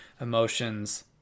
emotions